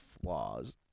flaws